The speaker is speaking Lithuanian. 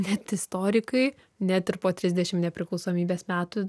net istorikai net ir po trisdešim nepriklausomybės metų